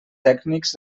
tècnics